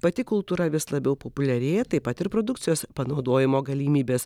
pati kultūra vis labiau populiarėja taip pat ir produkcijos panaudojimo galimybės